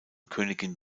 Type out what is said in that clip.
königin